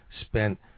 spent